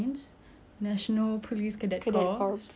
uh and then I also did aside for